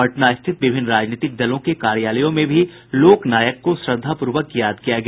पटना स्थित विभिन्न राजनीतिक दलों के कार्यालयों में भी लोकनायक को श्रद्धापूर्वक याद किया गया